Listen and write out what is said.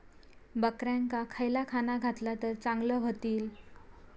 बकऱ्यांका खयला खाणा घातला तर चांगल्यो व्हतील?